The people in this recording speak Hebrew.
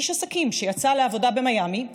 איש עסקים שיצא לעבודה במיאמי,